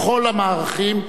בכל המערכים,